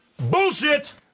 Bullshit